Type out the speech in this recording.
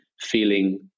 feeling